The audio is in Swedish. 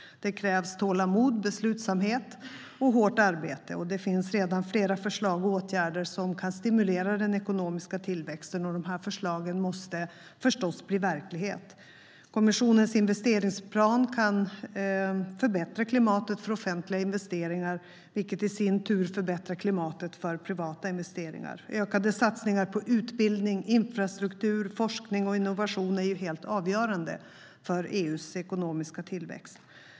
Det krävs tålamod, beslutsamhet och hårt arbete. Det finns redan flera förslag och åtgärder som kan stimulera den ekonomiska tillväxten, och dessa förslag måste förstås bli verklighet. Kommissionens investeringsplan kan förbättra klimatet för offentliga investeringar, vilket i sin tur förbättrar klimatet för privata investeringar. Ökade satsningar på utbildning, infrastruktur, forskning och innovation är helt avgörande för EU:s ekonomiska tillväxt.